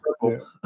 purple